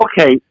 Okay